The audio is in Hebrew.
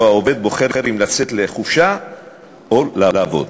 שבו העובד בוחר אם לצאת לחופשה או לעבוד.